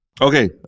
Okay